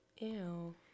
Ew